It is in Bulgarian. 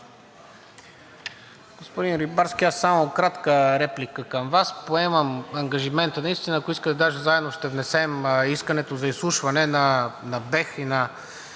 Господин Рибарски, аз само кратка реплика към Вас. Поемам ангажимента наистина, ако искате даже заедно ще внесем искането за изслушване на